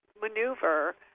maneuver